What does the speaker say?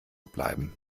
bleiben